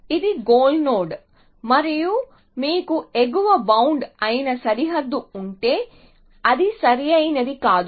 ఇది goal node మరియు మీకు ఎగువ బౌండ్ అయిన సరిహద్దు ఉంటే అది సరైనది కాదు